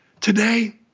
today